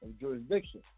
jurisdiction